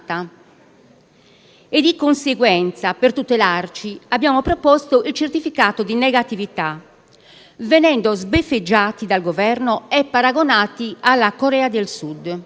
e, di conseguenza, per tutelarci, abbiamo proposto il certificato di negatività, venendo sbeffeggiati dal Governo e paragonati alla Corea del Sud.